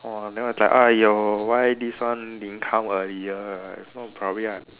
!wah! then I was like !aiyo! why this one didn't come earlier if not probably I